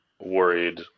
worried